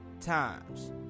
times